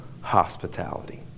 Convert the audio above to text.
hospitality